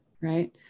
right